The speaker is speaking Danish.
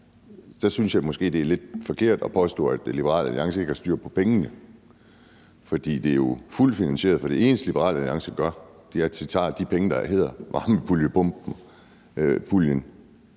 måske synes, det er lidt forkert at påstå, at Liberal Alliance ikke har styr på pengene. For det er jo fuldt finansieret. For det eneste, Liberal Alliance gør, er, at de tager de penge, der kommer fra varmepumpepuljen,